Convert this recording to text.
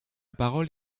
parole